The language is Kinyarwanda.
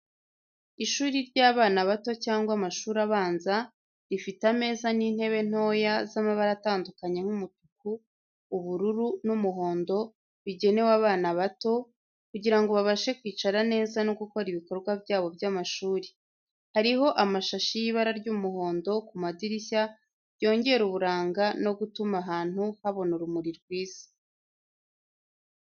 Ishuri ry'abana bato cyangwa amashuri abanza, rifite ameza n'intebe ntoya z'amabara atandukanye nk'umutuku, ubururu, n'umuhondo, bigenewe abana bato kugira ngo babashe kwicara neza no gukora ibikorwa byabo by'amashuri. Hariho amashashi y'ibara ry'umuhondo ku madirisha byongera uburanga no gutuma ahantu habona urumuri rwiza.